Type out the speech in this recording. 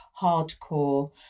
hardcore